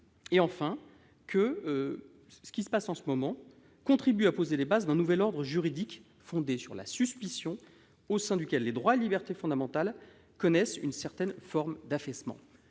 et que ce qui se passe en ce moment contribue à poser les bases d'un nouvel ordre juridique fondé sur la suspicion, au sein duquel les droits et libertés fondamentaux connaissent une certaine forme d'affaissement.